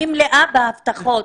אני מלאה בהבטחות.